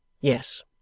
yes